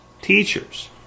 teachers